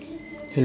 hello